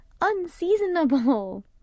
unseasonable